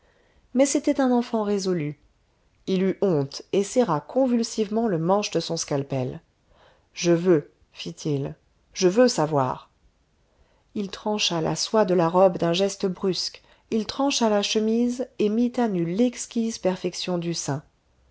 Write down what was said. mais c'était un enfant résolu il eut honte et serra convulsivement le manche de son scalpel je veux fit-il je veux savoir il trancha la soie de la robe d'un geste brusque il trancha la chemise et mit à nu l'exquise perfection du sein